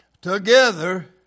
together